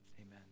amen